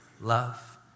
love